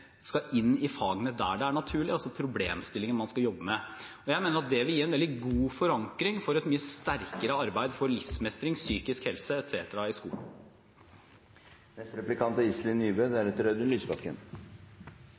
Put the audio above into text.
skal inn i fagene der det er naturlig, problemstillinger man skal jobbe med. Jeg mener at det vil gi en veldig god forankring for et mye sterkere arbeid for livsmestring, psykisk helse etc. i skolen.